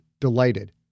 delighted